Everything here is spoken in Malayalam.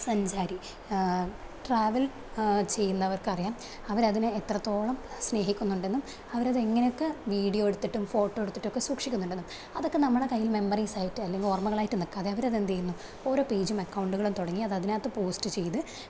സഞ്ചാരി ട്രാവൽ ചെയ്യുന്നവർക്കറിയാം അവരതിനെ എത്രത്തോളം സ്നേഹിക്കുന്നുണ്ടെന്നും അവരത് എങ്ങനെയൊക്കെ വീഡിയോ എടുത്തിട്ടും ഫോട്ടോ എടുത്തിട്ടും ഒക്കെ സൂക്ഷിക്കുന്നുണ്ടെന്ന് അതൊക്കെ നമ്മുടെ കയ്യില് മെമ്മറീസ് ആയിട്ട് അല്ലെങ്കിൽ ഓർമ്മകൾ ആയിട്ട് നിൽക്കാതെ അവരെ എന്തു ചെയ്യുന്നു ഓരോ പേജും അക്കൗണ്ടുകളും തുടങ്ങി അത് അതിനത്ത് പോസ്റ്റ് ചെയ്ത്